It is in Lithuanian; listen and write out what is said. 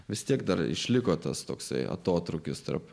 vis tiek dar išliko tas toksai atotrūkis tarp